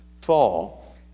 fall